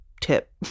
tip